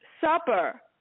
supper